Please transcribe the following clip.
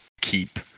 keep